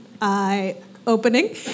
eye-opening